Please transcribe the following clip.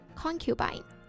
concubine